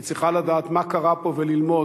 היא צריכה לדעת מה קרה פה וללמוד.